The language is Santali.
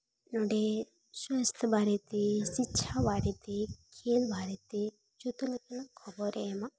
ᱱᱚᱰᱮ ᱥᱟᱥᱛᱷ ᱵᱟᱨᱮ ᱛᱮ ᱥᱤᱥᱪᱷᱟ ᱵᱟᱨᱮ ᱛᱮ ᱠᱷᱮᱹᱞ ᱵᱟᱨᱮ ᱛᱮ ᱡᱚᱛᱚ ᱞᱮᱠᱟᱱᱟᱜ ᱠᱷᱚᱵᱚᱨᱮ ᱮᱢᱟ